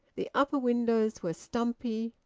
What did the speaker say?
the upper windows were stumpy,